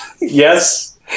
yes